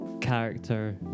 character